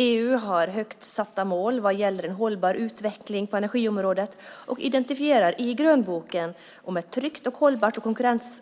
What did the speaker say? EU har högt satta mål vad gäller en hållbar utveckling på energiområdet och identifierar i grönboken om ett tryggt, hållbart och